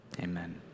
Amen